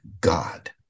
God